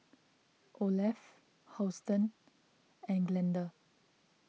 Olaf Houston and Glenda